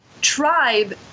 Tribe